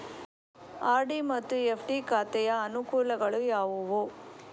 RD ಮತ್ತು FD ಖಾತೆಯ ಅನುಕೂಲಗಳು ಯಾವುವು?